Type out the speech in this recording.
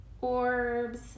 orbs